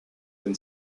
been